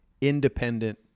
independent